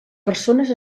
persones